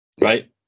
Right